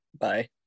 bye